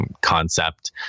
concept